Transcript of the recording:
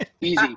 Easy